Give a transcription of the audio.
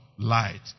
Light